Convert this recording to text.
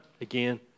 again